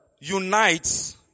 unites